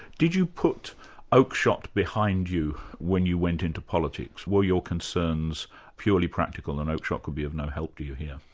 did you put oakeshott behind you when you went into politics? were your concerns purely practical and oakeshott could be of no help to you here?